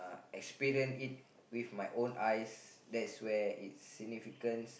experience it with my own eyes that's where it's significance